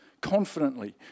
confidently